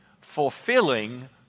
fulfilling